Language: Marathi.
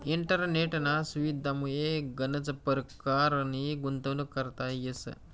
इंटरनेटना सुविधामुये गनच परकारनी गुंतवणूक करता येस